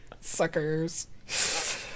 Suckers